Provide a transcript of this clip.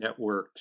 networked